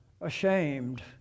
ashamed